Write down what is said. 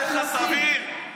זה נשמע לך סביר?